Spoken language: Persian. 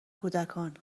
کودکان